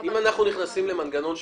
אם אנחנו נכנסים למנגנון,